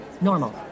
normal